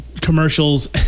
commercials